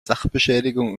sachbeschädigung